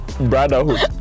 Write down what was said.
Brotherhood